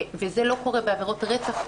וזה לא קורה בעבירות רצח.